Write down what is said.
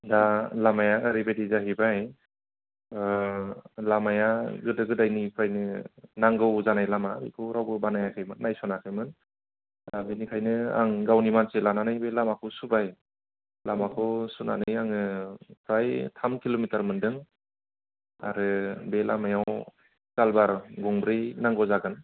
दा लामाया ओरैबायदि जाहैबाय लामाया गोदो गोदायनिफ्रायनो नांगौ जानाय लामा बेखौ रावबो बानायाखैमोन नायसनाखैमोन दा बिनिखायनो आं गावनि मानसि लानानै बे लामाखौ सुबाय लामाखौ सुनानै आङो फ्राय थाम किल'मिटार मोनदों आरो बे लामायाव कालबार गंब्रै नांगौ जादों